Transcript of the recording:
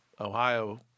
Ohio